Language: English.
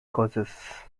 causes